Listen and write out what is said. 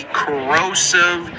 corrosive